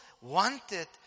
wanted